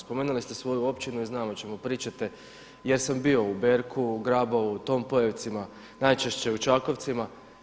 Spomenuli ste svoju općinu i znam o čemu pričate jer sam bio u Berku, Grabovu, Tompojevcima, najčešće u Čakovcima.